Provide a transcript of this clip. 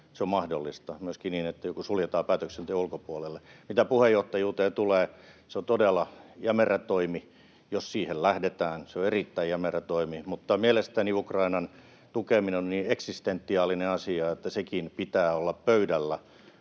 se on mahdollista, myöskin niin, että joku suljetaan päätöksenteon ulkopuolelle. Mitä puheenjohtajuuteen tulee, se on todella jämerä toimi, jos siihen lähdetään — se on erittäin jämerä toimi — mutta mielestäni Ukrainan tukeminen on niin eksistentiaalinen asia, että sekin pitää olla pöydällä,